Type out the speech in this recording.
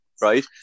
right